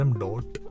dot